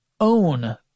own